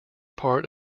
part